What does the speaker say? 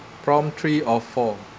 prompt three or four